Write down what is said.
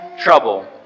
trouble